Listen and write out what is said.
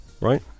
right